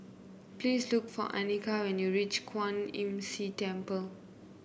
please look for Annika when you reach Kwan Imm See Temple